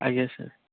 ଆଜ୍ଞା ସାର୍